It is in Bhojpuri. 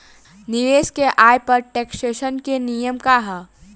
निवेश के आय पर टेक्सेशन के नियम का ह?